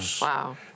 Wow